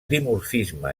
dimorfisme